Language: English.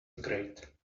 great